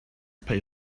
pay